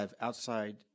outside